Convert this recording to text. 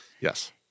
Yes